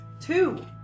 two